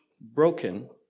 broken